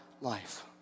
life